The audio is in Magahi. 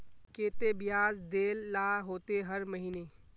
केते बियाज देल ला होते हर महीने?